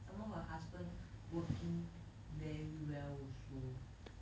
some more her husband working very well also